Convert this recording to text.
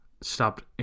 stopped